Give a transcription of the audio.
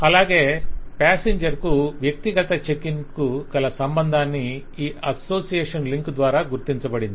అలాగే పాసెంజర్ కు వ్యక్తిగత చెక్ ఇన్ కు గల సంబంధాన్ని ఈ అసోసియేషన్ లింక్ ద్వారా గుర్తించబడింది